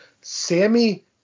Sammy